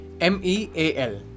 M-E-A-L